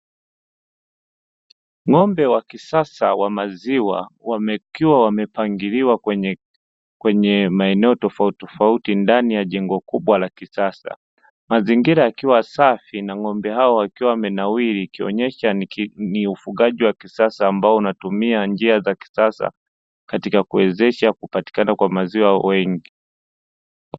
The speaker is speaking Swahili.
Ng'ombe wa kisasa wa maziwa, wakiwa wamepangiliwa kwenye maeneo tofautitofauti ndani ya jengo kubwa la kisasa. Mazingira yakiwa safi na ng'ombe hao wakiwa wamenawiri, ikionesha ni ufugaji wa kisasa ambao unatumia njia za kisasa katika kuwezesha kupatikana kwa maziwa mengi.